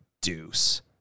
deuce